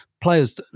players